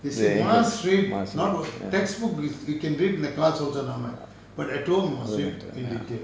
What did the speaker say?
they say must read not textbook you can read in the class also never mind but at home must read in detail